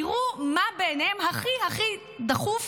תראו מה בעיניהם הכי הכי דחוף